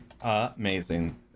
amazing